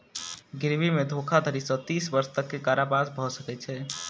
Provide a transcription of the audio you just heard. गिरवी मे धोखाधड़ी सॅ तीस वर्ष तक के कारावास भ सकै छै